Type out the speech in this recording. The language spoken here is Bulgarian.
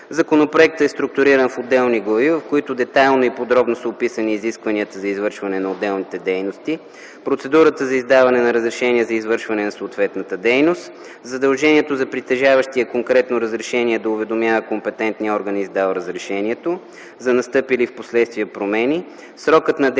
Законопроектът е структуриран в отделни глави, в които детайлно и подробно са описани изискванията за извършване на отделните дейности, процедурата за издаване на разрешение за извършване на съответната дейност, задължението за притежаващия конкретно разрешение да уведомява компетентния орган, издал разрешението, за настъпили впоследствие промени, срокът на действие